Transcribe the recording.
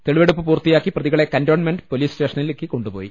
തെളിവെടുപ്പ് പൂർത്തിയാക്കി പ്രതികളെ കന്റോൺമെന്റ് പൊലീസ് സ്റ്റേഷനിലേക്ക് കൊണ്ടു പോയി